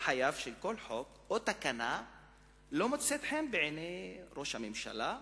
או תקנה שלא מוצאים חן בעיני ראש הממשלה.